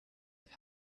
have